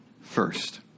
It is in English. first